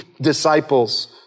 disciples